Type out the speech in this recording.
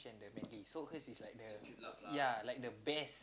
and the manly so hers is like the yeah like the best